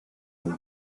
oldu